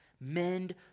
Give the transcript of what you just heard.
Mend